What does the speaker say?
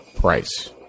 price